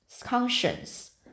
conscience